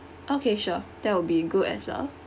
okay sure that will be good as well